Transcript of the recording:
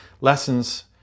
lessons